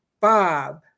Bob